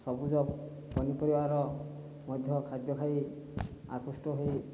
ସବୁଜ ପନିପରିବାର ମଧ୍ୟ ଖାଦ୍ୟ ଖାଇ ଆକୃଷ୍ଟ ହୋଇ